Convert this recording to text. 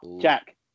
Jack